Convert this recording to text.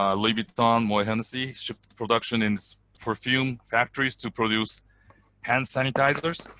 um louis vitton, moet hennesy, shift production in so perfume, factories to produce hand sanitizers